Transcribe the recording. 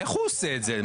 איך הוא עושה את זה?